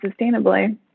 sustainably